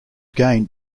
gained